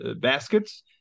baskets